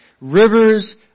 rivers